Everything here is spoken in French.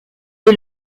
est